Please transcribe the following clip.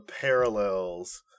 parallels